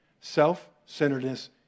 self-centeredness